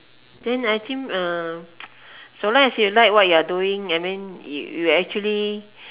then I think uh so long as you like what you are doing I mean you actually